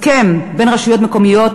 הסכם בין רשויות מקומיות,